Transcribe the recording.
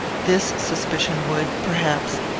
this suspicion would, perhaps,